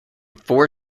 four